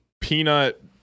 peanut